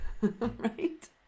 right